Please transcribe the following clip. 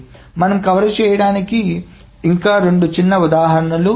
మనం కవర్ చేయడానికి ఇంకా రెండు చిన్న విషయాలు ఉంటాయి